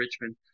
Richmond